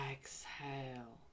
Exhale